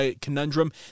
conundrum